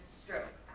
stroke